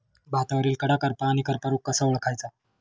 भातावरील कडा करपा आणि करपा रोग कसा ओळखायचा?